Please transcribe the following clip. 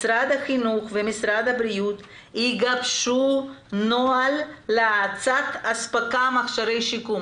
"משרד החינוך ומשרד הבריאות יגבשו נוהל להאצת אספקת מכשירי שיקום".